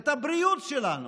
את הבריאות שלנו,